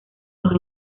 los